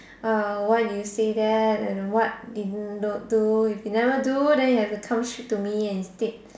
uh why do you say that and what did you not do if you never do then you have to come straight to me and state